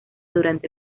durante